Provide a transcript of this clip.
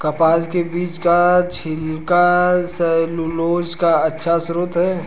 कपास के बीज का छिलका सैलूलोज का अच्छा स्रोत है